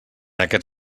aquest